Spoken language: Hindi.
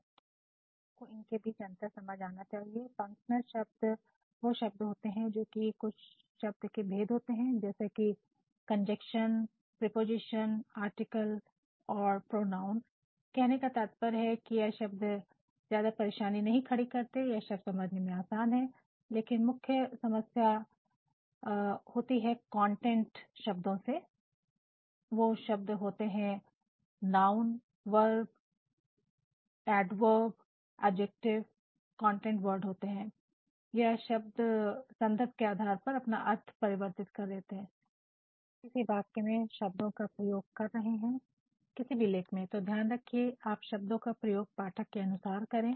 Refer Slide Time 3023 पहले आपको इनके बीच अंतर समझ आना चाहिए फंक्शनल शब्द कार्यात्मक शब्द व शब्द होते हैं जोकि कुछ शब्द भेद होते हैं जैसे कंजंक्शन प्रीपोजिशनआर्टिकल और प्रोनाउन कहने का तात्पर्य है कि यह शब्द ज्यादा परेशानी नहीं खड़ी करते यह शब्द समझने में आसान है लेकिन मुख्य समस्या कॉन्टेंट शब्दों से होती है नाउन वर्ब एडजेक्टिव एडवर्ब संज्ञा क्रिया विशेषण क्रियाविशेषण कॉन्टेंट वर्ड होते हैं यह शब्द संदर्भ के आधार पर अपना अर्थ परिवर्तित कर देते हैं जब आप किसी वाक्य में शब्दों का उपयोग कर रहे हो किसी भी लेख में तो ध्यान रखिए कि आप शब्दों का प्रयोग पाठक के अनुसार करें